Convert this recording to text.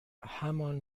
همان